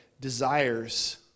desires